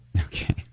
Okay